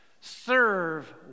Serve